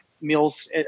meals